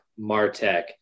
Martech